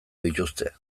dituzte